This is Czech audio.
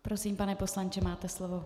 Prosím, pane poslanče, máte slovo.